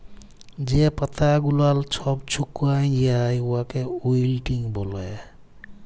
যে পাতা গুলাল ছব ছুকাঁয় যায় উয়াকে উইল্টিং ব্যলে